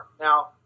Now